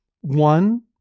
One